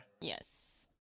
yes